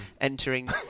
entering